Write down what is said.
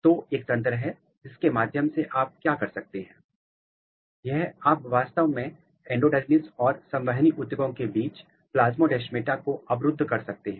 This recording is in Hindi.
तो एक तंत्र है जिसके माध्यम से आप क्या कर सकते हैं आप वास्तव में एंडोडर्मिस और संवहनी ऊतकों के बीच प्लास्मोडेमाटा को अवरुद्ध कर सकते हैं